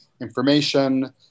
information